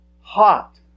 hot